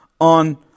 on